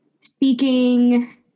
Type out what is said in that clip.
Speaking